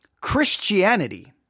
Christianity